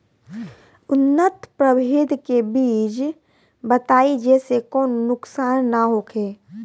उन्नत प्रभेद के बीज बताई जेसे कौनो नुकसान न होखे?